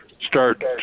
start